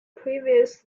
previous